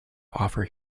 offer